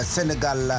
Senegal